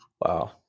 Wow